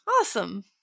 Awesome